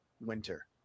Winter